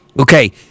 Okay